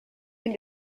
been